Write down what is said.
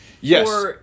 Yes